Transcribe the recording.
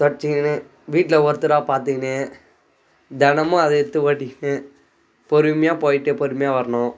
தொடைச்சிக்கின்னு வீட்டில் ஒருத்தராக பார்த்துக்கின்னு தினமும் அதை எடுத்து ஓட்டிக்கின்னு பொறுமையாக போய்ட்டு பொறுமையாக வரணும்